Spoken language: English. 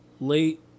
late